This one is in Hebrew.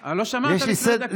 אדוני, לא שמעת לפני דקה.